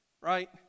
Right